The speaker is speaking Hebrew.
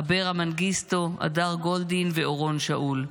אברה מנגיסטו, הדר גולדין ואורון שאול.